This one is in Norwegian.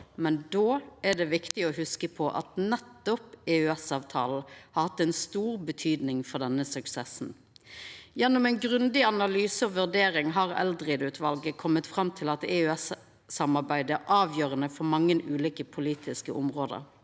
Då er det viktig å hugsa på at nettopp EØS-avtalen har hatt ei stor betydning for denne suksessen. Gjennom analyse og vurdering har Eldring-utvalet kome fram til at EØS-samarbeid er avgjerande for mange ulike politiske område.